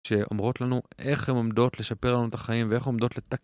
שאומרות לנו איך הן עומדות לשפר לנו את החיים ואיך עומדות לת....